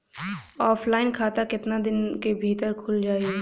Offline खाता केतना दिन के भीतर खुल जाई?